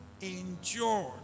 endured